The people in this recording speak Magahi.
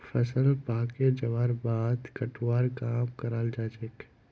फसल पाके जबार बादे कटवार काम कराल जाछेक